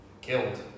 killed